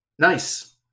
Nice